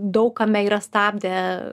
daug kame yra stabdę